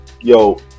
Yo